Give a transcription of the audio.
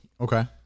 Okay